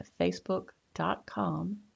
facebook.com